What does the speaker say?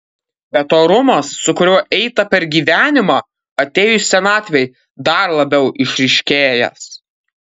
bet orumas su kuriuo eita per gyvenimą atėjus senatvei dar labiau išryškėjęs